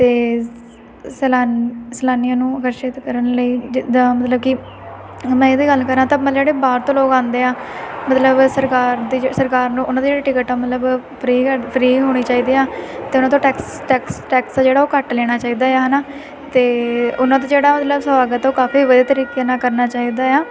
ਅਤੇ ਸੈਲਾ ਸੈਲਾਨੀਆਂ ਨੂੰ ਆਕਰਸ਼ਿਤ ਕਰਨ ਲਈ ਜਿੱਦਾਂ ਮਤਲਬ ਕਿ ਮੈਂ ਇਹਦੀ ਗੱਲ ਕਰਾਂ ਤਾਂ ਮਤਲਬ ਜਿਹੜੇ ਬਾਹਰ ਤੋਂ ਲੋਕ ਆਉਂਦੇ ਆ ਮਤਲਬ ਸਰਕਾਰ ਦੇ ਜੇ ਸਰਕਾਰ ਨੂੰ ਉਹਨਾਂ ਦੀ ਟਿਕਟ ਆ ਮਤਲਬ ਫਰੀ ਕਰ ਫਰੀ ਹੋਣੀ ਚਾਹੀਦੀ ਆ ਅਤੇ ਉਹਨਾਂ ਤੋਂ ਟੈਕਸ ਟੈਕਸ ਟੈਕਸ ਜਿਹੜਾ ਉਹ ਘੱਟ ਲੈਣਾ ਚਾਹੀਦਾ ਆ ਹੈ ਨਾ ਅਤੇ ਉਹਨਾਂ ਦਾ ਜਿਹੜਾ ਮਤਲਬ ਸਵਾਗਤ ਹੈ ਉਹ ਕਾਫੀ ਵਧੀਆ ਤਰੀਕੇ ਨਾਲ ਕਰਨਾ ਚਾਹੀਦਾ ਆ